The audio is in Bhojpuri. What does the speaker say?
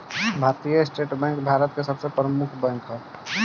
भारतीय स्टेट बैंक भारत के सबसे प्रमुख बैंक ह